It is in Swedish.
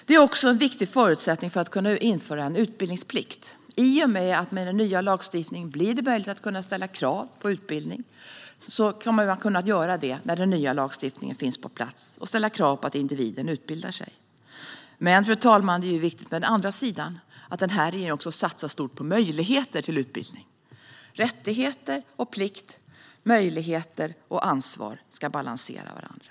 Det här är också en viktig förutsättning för att kunna införa en utbildningsplikt. I och med den nya lagstiftningen blir det möjligt att ställa krav på utbildning när lagen väl har kommit på plats. Man kan då ställa krav på att individen utbildar sig. Men det är därför också viktigt, fru talman, att regeringen satsar stort på möjligheter till utbildning. Rättigheter och plikt ska balanseras mot möjligheter och ansvar.